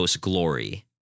glory